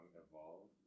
evolve